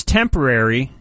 temporary